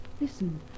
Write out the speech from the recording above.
Listen